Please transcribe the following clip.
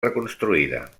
reconstruïda